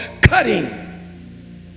cutting